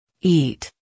eat